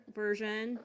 version